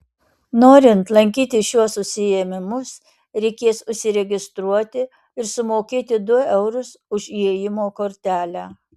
norint lankyti šiuos užsiėmimus reikės užsiregistruoti ir sumokėti du eurus už įėjimo kortelę